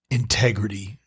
integrity